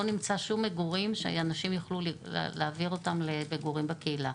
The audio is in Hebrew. נמצא שום מגורים שאנשים יוכלו להעביר אותם למגורים בקהילה.